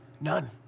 none